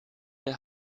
der